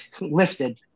Lifted